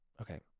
Okay